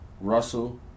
Russell